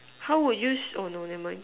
how would you oh no never mind